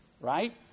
Right